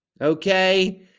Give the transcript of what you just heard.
okay